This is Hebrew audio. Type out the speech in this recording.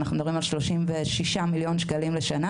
מדברים על 36 מיליון שקלים לשנה